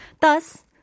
Thus